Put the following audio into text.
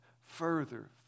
further